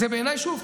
שוב,